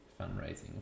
fundraising